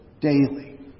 daily